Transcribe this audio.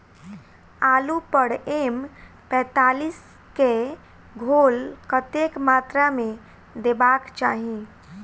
आलु पर एम पैंतालीस केँ घोल कतेक मात्रा मे देबाक चाहि?